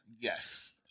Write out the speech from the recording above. Yes